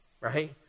right